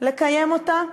לקיים אותה?